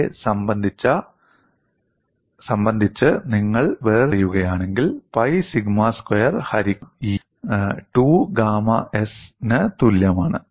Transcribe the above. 2a സംബന്ധിച്ച് നിങ്ങൾ വേർതിരിച്ചറിയുകയാണെങ്കിൽ പൈ സിഗ്മ സ്ക്വയർ ഹരിക്കണം E 2 ഗാമാ s ന് തുല്യമാണ്